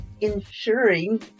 ensuring